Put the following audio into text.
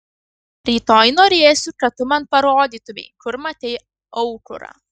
rytoj norėsiu kad tu man parodytumei kur matei aukurą